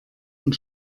und